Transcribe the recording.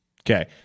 Okay